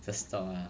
just talk lah